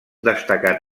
destacat